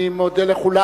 אני מודה לכולם.